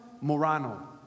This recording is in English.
Morano